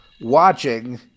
watching